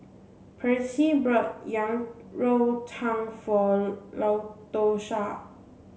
Percy brought Yang Rou Tang for Latosha